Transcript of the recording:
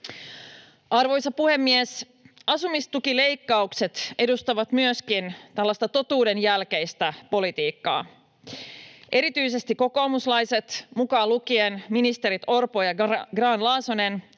Arvoisa puhemies! Asumistukileikkaukset edustavat myöskin tällaista totuuden jälkeistä politiikkaa. Erityisesti kokoomuslaiset, mukaan lukien ministerit Orpo ja Grahn-Laasonen,